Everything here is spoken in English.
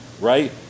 right